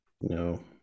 No